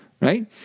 right